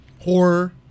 Horror